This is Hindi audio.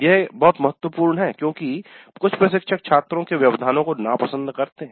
यह बहुत महत्वपूर्ण है क्योंकि कुछ प्रशिक्षक छात्रों के व्यवधानों को नापसंद करते हैं